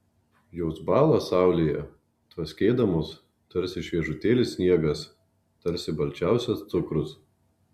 jos bąla saulėje tvaskėdamos tarsi šviežutėlis sniegas tarsi balčiausias cukrus